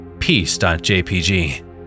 Peace.jpg